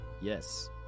yes